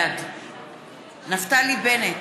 בעד נפתלי בנט,